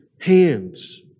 hands